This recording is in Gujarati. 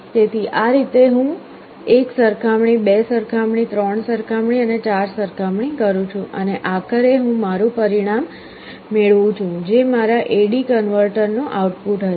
તેથી આ રીતે હું 1 સરખામણી 2 સરખામણી 3 સરખામણી અને 4 સરખામણી કરું છું અને આખરે હું મારું પરિણામ મેળવું છું જે મારા AD કન્વર્ટરનું આઉટપુટ હશે